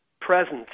presence